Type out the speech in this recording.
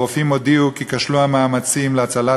הרופאים הודיעו כי כשלו המאמצים להצלת